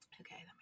Okay